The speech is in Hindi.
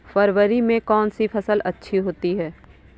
फरवरी में कौन सी फ़सल अच्छी होती है?